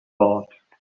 thought